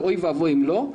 ואוי ואבוי אם לא.